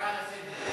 הערה לסדר.